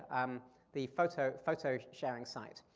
um the photo photo sharing site.